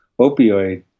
opioid